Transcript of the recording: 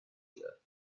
year